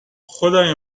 خدای